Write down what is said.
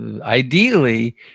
ideally